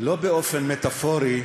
לא באופן מטפורי,